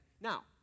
now